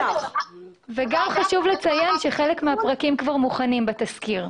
וגם חשוב לציין שחלק מהפרקים כבר מוכנים בתסקיר.